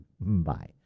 Bye